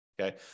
okay